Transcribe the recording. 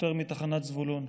שוטר מתחנת זבולון,